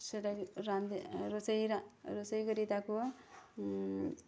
ସେଟା ରାନ୍ଧିଲେ ରୋଷେଇ ରୋଷେଇ କରି ତାକୁ